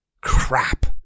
Crap